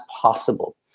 possible